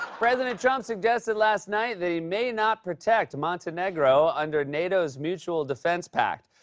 president trump suggested last night that he may not protect montenegro under nato's mutual defense pact.